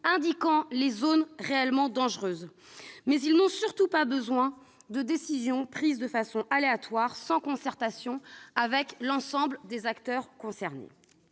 indiquant les zones réellement dangereuses. Ils n'ont surtout pas besoin de décisions prises de façon aléatoire, sans concertation avec l'ensemble des acteurs concernés.